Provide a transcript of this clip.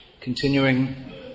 Continuing